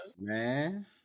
Man